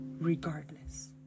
regardless